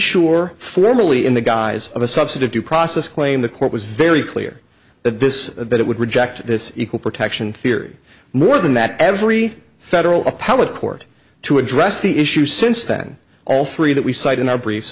sure formally in the guise of a subset of due process claim the court was very clear that this that it would reject this equal protection theory more than that every federal appellate court to address the issue since then all three that we cite in our brief